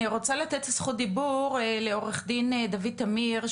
אני רוצה לתת זכות דיבור לעו"ד דוד תמיר,